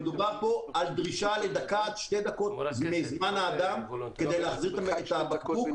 יש דרישה לדקה עד שתי דקות מזמנו של האדם כדי להחזיר את הבקבוק.